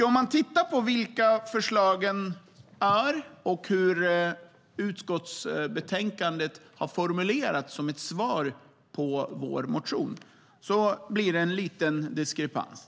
Om man tittar på förslagen och hur svaret på vår motion har formulerats i utskottsbetänkandet blir det en liten diskrepans.